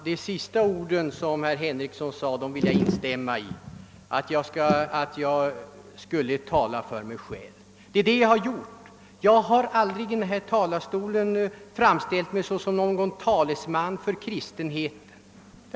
Herr talman! I herr Henriksons sista ord — alltså när han sade: Herr Fridolfsson i Stockholm skall tala för sig själv — vill jag instämma. Detta har jag också gjort; jag har aldrig framställt mig som en talesman för hela kristenheten.